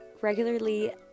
regularly